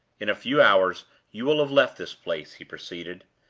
in a few hours you will have left this place, he proceeded.